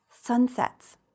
sunsets